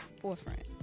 forefront